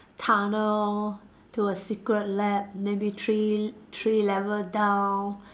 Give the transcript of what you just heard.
tunnel to a secret lab maybe three three level down